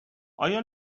آیا